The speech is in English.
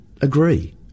agree